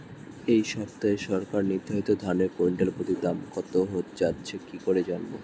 এই সপ্তাহে সরকার নির্ধারিত ধানের কুইন্টাল প্রতি দাম কত যাচ্ছে কি করে জানবো?